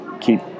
keep